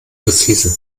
präzise